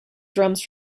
drums